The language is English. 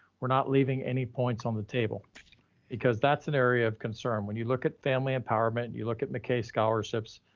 we're not leaving any points on the table because that's an area of concern. when you look at family empowerment and you look at mckay scholarships,